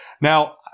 Now